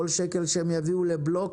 כל שקל שהם יביאו לבלוק,